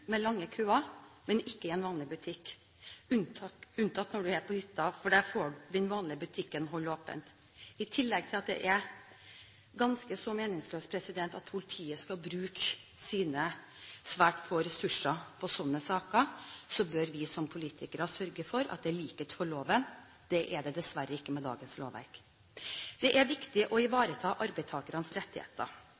med lange køer, men ikke i en vanlig butikk – unntatt når du er på hytta, for der får den vanlige butikken holde åpent. I tillegg til at det er ganske så meningsløst at politiet skal bruke sine svært få ressurser på slike saker, bør vi som forbrukere sørge for at det er likhet for loven. Det er det dessverre ikke med dagens lovverk. Det er viktig å